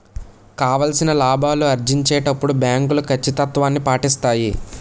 కావాల్సిన లాభాలు ఆర్జించేటప్పుడు బ్యాంకులు కచ్చితత్వాన్ని పాటిస్తాయి